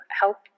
help